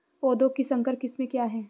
पौधों की संकर किस्में क्या हैं?